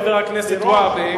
חבר הכנסת והבה,